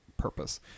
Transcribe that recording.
Purpose